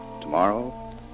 tomorrow